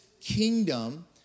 kingdom